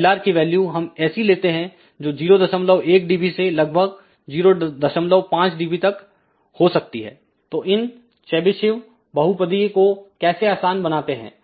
Lr की value हम ऐसी लेते हैं जो 01 dB से लगभग 05 dB तक वह हो सकती है तोइन चेबीशेव बहूपदीय को कैसे आसान बनाते हैं